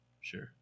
Sure